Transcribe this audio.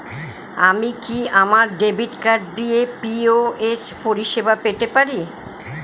আমি কি আমার ডেবিট কার্ড দিয়ে পি.ও.এস পরিষেবা পেতে পারি?